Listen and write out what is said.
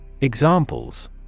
Examples